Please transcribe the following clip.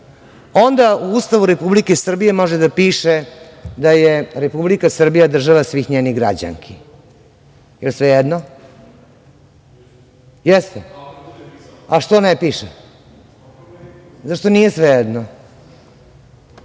onda u Ustavu Republike Srbije može da piše da je Republika Srbija država svih njenih građanki. Jel sve jedno? Jeste? Pa, što ne piše? Zato što nije sve jedno.